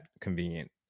convenient